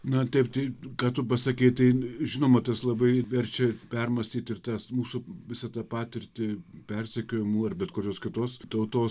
na taip tai ką tu pasakei tai žinoma tas labai verčia permąstyt ir tas mūsų visą tą patirtį persekiojimų ar bet kurios kitos tautos